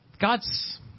God's